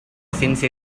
since